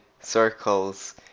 circles